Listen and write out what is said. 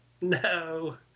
No